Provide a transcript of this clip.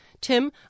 Tim